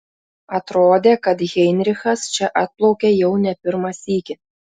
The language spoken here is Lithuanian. atrodė kad heinrichas čia atplaukia jau ne pirmą sykį